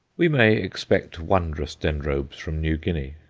we may expect wondrous dendrobes from new guinea.